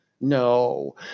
No